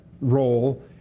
role